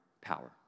power